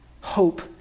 Hope